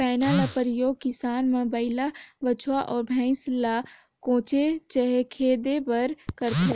पैना का परियोग किसान मन बइला, बछवा, अउ भइसा ल कोचे चहे खेदे बर करथे